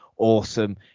Awesome